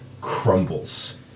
crumbles